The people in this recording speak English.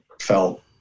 felt